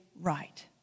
right